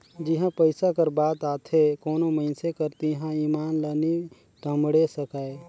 जिहां पइसा कर बात आथे कोनो मइनसे कर तिहां ईमान ल नी टमड़े सकाए